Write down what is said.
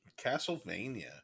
Castlevania